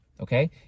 okay